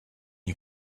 you